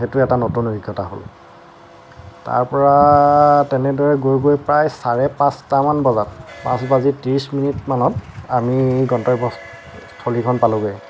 সেইটো এটা নতুন অভিজ্ঞতা হ'ল তাৰ পৰা তেনেদৰে গৈ গৈ প্ৰায় চাৰে পাঁচটা মান বজাত পাঁচ বাজি ত্ৰিশ মিনিট মানত আমি গন্তব্য স্থলীকণ পালোঁগৈ